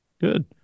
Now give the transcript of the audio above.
Good